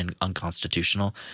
unconstitutional